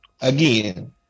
again